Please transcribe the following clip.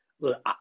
Look